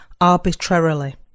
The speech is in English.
arbitrarily